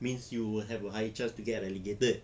means you will have a higher chance to get relegated